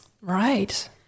Right